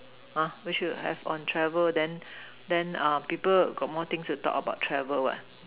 !huh! they should have on travel then then err people got more thing to talk on travel what